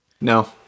No